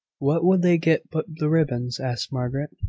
what would they get but the ribbons? asked margaret.